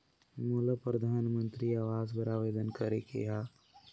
मोला परधानमंतरी आवास बर आवेदन करे के हा?